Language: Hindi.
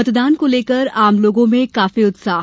मतदान को लेकर आम लोगों में काफी उत्साह